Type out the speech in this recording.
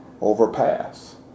Overpass